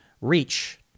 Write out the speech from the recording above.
reach